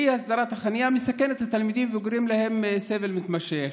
אי-הסדרת החניה מסכנת את התלמידים וגורמת להם סבל מתמשך.